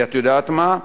ואת יודעת מה?